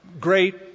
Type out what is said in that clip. great